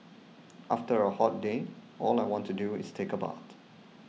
after a hot day all I want to do is take a bath